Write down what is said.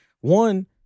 one